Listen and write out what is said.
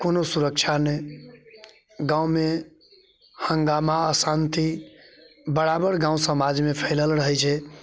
कोनो सुरक्षा नहि गाममे हंगामा अशान्ति बराबर गाम समाजमे फैलल रहै छै